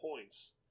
points